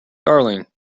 darling